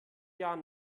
jahren